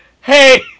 hey